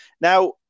now